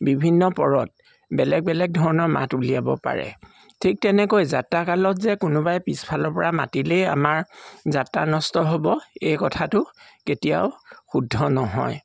বিভিন্ন পৰত বেলেগ বেলেগ ধৰণৰ মাত উলিয়াব পাৰে ঠিক তেনেকৈ যাত্ৰাকালত যে কোনোবাই পিছফালৰ পৰা মাতিলেই আমাৰ যাত্ৰা নষ্ট হ'ব এই কথাটো কেতিয়াও শুদ্ধ নহয়